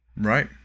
right